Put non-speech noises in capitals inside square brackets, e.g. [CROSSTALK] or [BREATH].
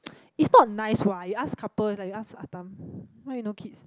[NOISE] it's not nice what you ask couple is like you ask Ah tham [BREATH] why you no kids